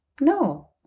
No